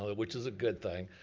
which is a good thing.